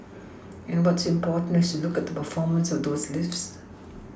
and what's important is to look at the performance of those lifts